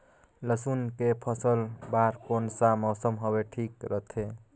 लसुन के फसल बार कोन सा मौसम हवे ठीक रथे?